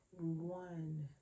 One